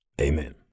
Amen